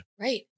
Right